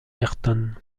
ayrton